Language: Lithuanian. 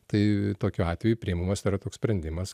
tai tokiu atveju priimamas yra toks sprendimas